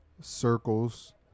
Circles